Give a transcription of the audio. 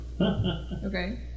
Okay